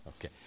Okay